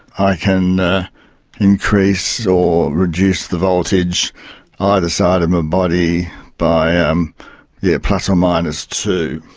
i can increase or reduce the voltage either side of my body by um yeah plus or minus two.